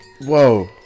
Whoa